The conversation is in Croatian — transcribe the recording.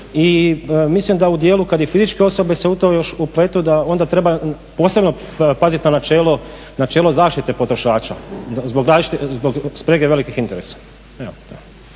I mislim da u dijelu kad i fizičke osobe se u to još upletu da onda treba posebno paziti na načelo zaštite potrošača zbog sprege velikih interesa.